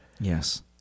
Yes